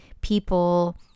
people